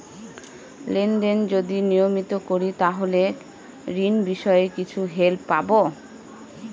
Lane দেন যদি নিয়মিত করি তাহলে ঋণ বিষয়ে কিছু হেল্প পাবো?